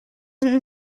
sind